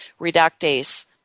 reductase